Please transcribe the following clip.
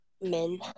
Men